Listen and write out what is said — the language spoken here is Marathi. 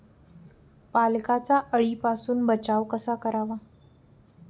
पालकचा अळीपासून बचाव कसा करावा?